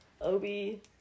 obi